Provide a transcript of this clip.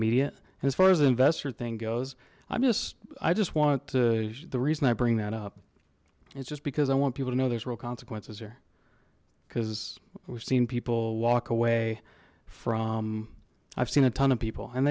immediate as far as the investor thing goes i'm just i just want to the reason i bring that up it's just because i want people to know there's real consequences here because we've seen people walk away from i've seen a ton of people and